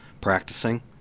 Practicing